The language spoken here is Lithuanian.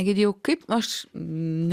egidijau kaip aš